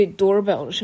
doorbell